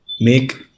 Make